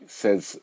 says